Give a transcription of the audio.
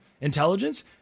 intelligence